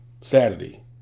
Saturday